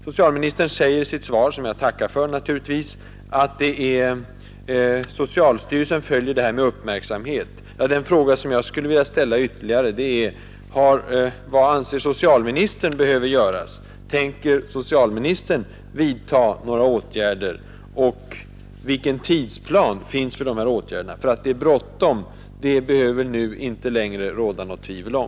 Socialministern säger i sitt svar, som jag naturligtvis tackar för, att socialstyrelsen följer detta problem med uppmärksamhet. Då vill jag ytterligare fråga: Vad anser socialministern behöver göras? Tänker socialministern vidta några åtgärder, och vilken tidsplan finns för dessa åtgärder? Att det är bråttom behöver det nu inte längre råda något tvivel om.